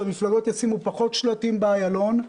שהמפלגות ישימו פחות שלטים באיילון,